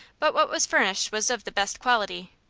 but what was furnished was of the best quality,